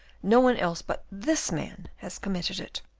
no one else but this man has committed it.